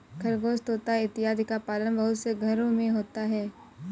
खरगोश तोता इत्यादि का पालन बहुत से घरों में होता है